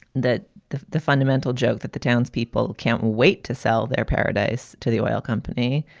that the the fundamental joke that the townspeople can't wait to sell their paradise to the oil company.